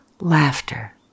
Laughter